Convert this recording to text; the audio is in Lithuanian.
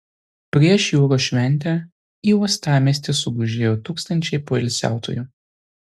prieš jūros šventę į uostamiestį sugužėjo tūkstančiai poilsiautojų